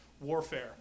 warfare